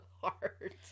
heart